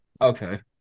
Okay